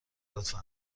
لطفا